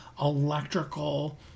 electrical